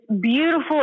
beautiful